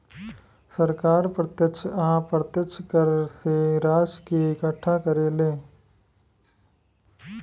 सरकार प्रत्यक्ष आ अप्रत्यक्ष कर से राशि के इकट्ठा करेले